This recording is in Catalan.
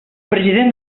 president